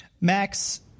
Max